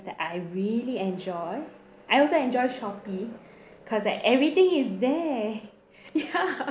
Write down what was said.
that I really enjoy I also enjoy Shopee because like everything is there ya